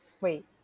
Wait